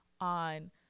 on